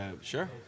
Sure